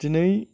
दिनै